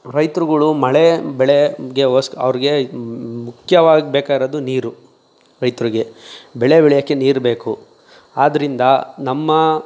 ರೈತರುಗಳು ಮಳೆ ಬೆಳೆಗೆ ಗೋಸ್ಕ ಅವ್ರಿಗೆ ಮುಖ್ಯವಾಗಿ ಬೇಕಾಗಿರೋದು ನೀರು ರೈತರಿಗೆ ಬೆಳೆ ಬೆಳೆಯೋಕ್ಕೆ ನೀರು ಬೇಕು ಆದ್ದರಿಂದ ನಮ್ಮ